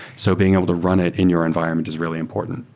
so being able to run it in your environment is really important.